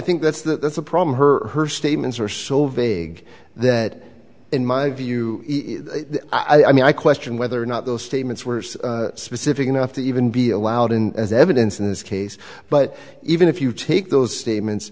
think that's the the problem her her statements are so vague that in my view i mean i question whether or not those statements were specific enough to even be allowed in as evidence in this case but even if you take those statements